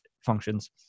functions